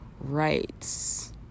rights